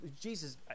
Jesus